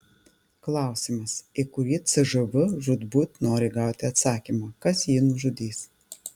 klausimas į kurį cžv žūtbūt nori gauti atsakymą kas jį nužudys